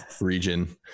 region